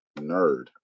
nerd